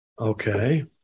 Okay